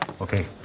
Okay